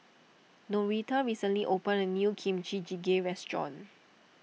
Noretta recently opened a new Kimchi Jjigae restaurant